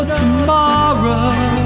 tomorrow